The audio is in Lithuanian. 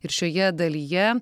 ir šioje dalyje